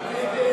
ההצעה